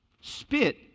Spit